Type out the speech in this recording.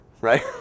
right